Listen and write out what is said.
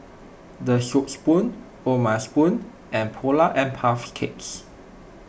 the Soup Spoon O'ma Spoon and Polar and Puff Cakes